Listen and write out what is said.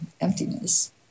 emptiness